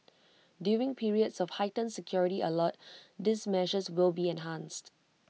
during periods of heightened security alert these measures will be enhanced